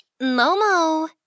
Momo